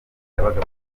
yabaga